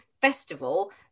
festival